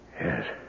Yes